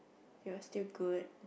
it was still good